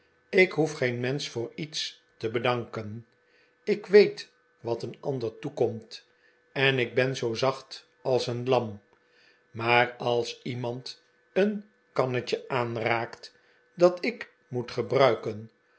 ik hoef geen mensch voor iets te bedanken ik weet wat een ander toekomt en ik ben zoo zacht als een lam maar als iemand een kannetje aanraakt dat ik moet gebruiken